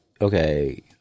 Okay